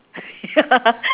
ya